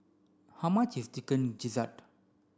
how much is chicken gizzard